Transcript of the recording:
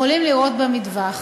יכולים לירות במטווח,